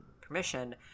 permission